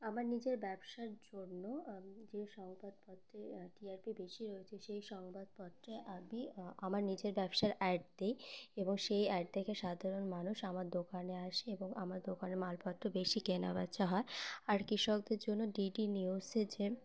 আমার নিজের ব্যবসার জন্য যে সংবাদপত্রে টি আর পি বেশি রয়েছে সেই সংবাদপত্রে আমি আমার নিজের ব্যবসার অ্যাড দিই এবং সেই অ্যাড দেখে সাধারণ মানুষ আমার দোকানে আসে এবং আমার দোকানে মালপত্র বেশি কেনাবেচা হয় আর কৃষকদের জন্য ডি ডি নিউজে যে